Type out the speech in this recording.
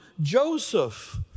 Joseph